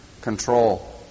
control